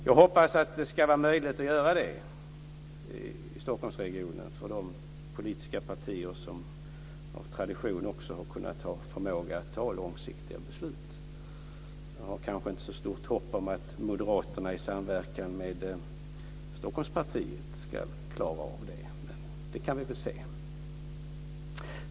Jag hoppas att det ska vara möjligt att göra det i Stockholmsregionen för de politiska partier som av tradition har haft förmåga att ta långsiktiga beslut. Jag har kanske inte så stort hopp om att Moderaterna i samverkan med Stockholmspartiet ska klara av det, men det får vi se.